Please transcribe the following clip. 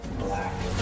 Black